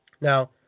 Now